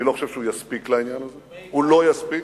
אני לא חושב שהוא יספיק לעניין הזה, הוא לא יספיק,